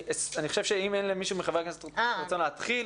האם מישהו מחברי הכנסת רוצה להתחיל?